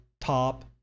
top